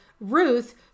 Ruth